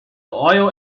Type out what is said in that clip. oil